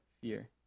fear